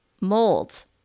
molds